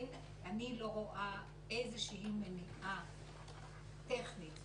אני לא רואה איזושהי מניעה טכנית,